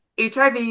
HIV